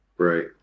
right